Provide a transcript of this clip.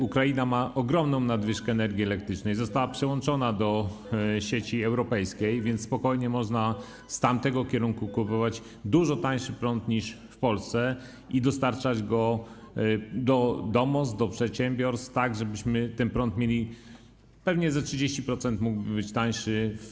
Ukraina ma ogromną nadwyżkę energii elektrycznej, została przyłączona do sieci europejskiej, więc spokojnie można z tamtego kierunku kupować dużo tańszy prąd niż w Polsce i dostarczać go do domostw, do przedsiębiorstw, tak żebyśmy ten prąd mieli pewnie ze 30% tańszy.